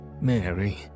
Mary